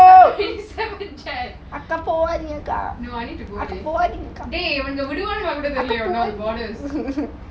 twenty seven jan no I need to go டி டேய் இவங்க விடுவாங்களானு கூட தெரில இன்னும் இந்த:di dei ivanga viduvangalanu kuda terila inum intha borders